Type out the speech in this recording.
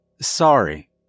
Sorry